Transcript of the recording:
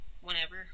whenever